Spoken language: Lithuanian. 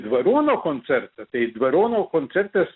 dvariono koncertą tai dvariono koncertas